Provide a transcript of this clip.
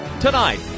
Tonight